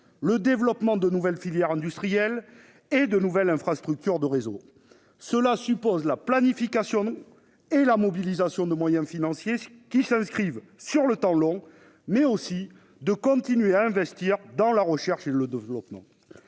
le développement de nouvelles filières industrielles et de nouvelles infrastructures de réseau. Cela suppose non seulement de planifier et mobiliser des moyens financiers qui s'inscrivent sur le temps long, mais aussi de continuer à investir dans la recherche et le développement.